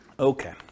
Okay